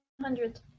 hundred